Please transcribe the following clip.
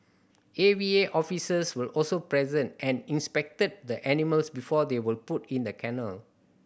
A V A officers were also present and inspected the animals before they were put in the kennel